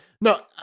No